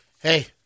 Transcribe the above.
Hey